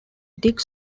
dick